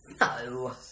No